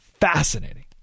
Fascinating